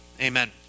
Amen